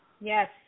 Yes